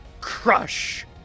Crush